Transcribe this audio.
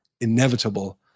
inevitable